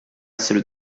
essere